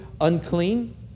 unclean